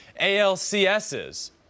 ALCSs